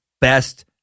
best